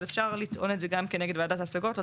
אז אפשר לטעון את זה גם כנגד ועדת השגות.